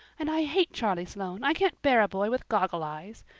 and i hate charlie sloane, i can't bear a boy with goggle eyes.